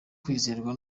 kwizerwa